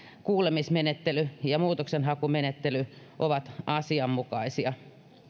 kuulemismenettely ja muutoksenhakumenettely ovat asianmukaisia